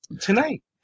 tonight